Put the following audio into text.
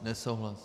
Nesouhlas.